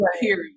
period